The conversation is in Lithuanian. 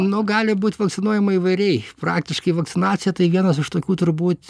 nu gali būt vakcinuojama įvairiai praktiškai vakcinacija tai vienas iš tokių turbūt